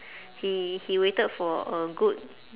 he he waited for a good